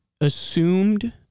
assumed